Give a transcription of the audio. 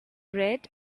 red